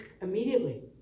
immediately